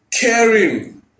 caring